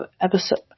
episode